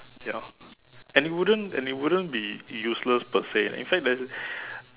ya and it wouldn't and it wouldn't be useless per se in fact that